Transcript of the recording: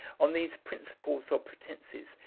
on these principles or pretences,